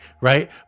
right